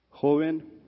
Joven